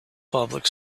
public